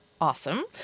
Awesome